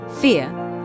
fear